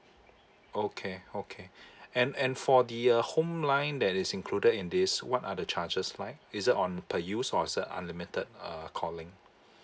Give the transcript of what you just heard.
okay okay and and for the uh home line that is included in this what are the charges like is it on per use or is it unlimited uh calling